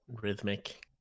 rhythmic